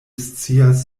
scias